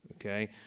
okay